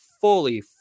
fully